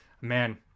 man